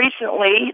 recently